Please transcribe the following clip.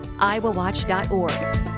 iowawatch.org